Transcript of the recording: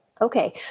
Okay